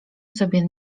sobie